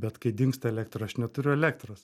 bet kai dingsta elektra aš neturiu elektros